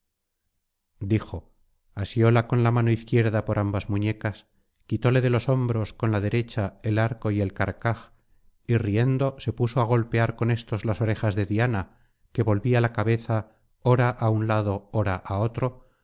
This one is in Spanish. dijo asióla con la mano izquierda por ambas muñecas quitóle de los hombros con la derecha el arco y el carcaj y riendo se puso á golpear con éstos las orejas de diana que volvía la cabeza ora á un lado ora á otro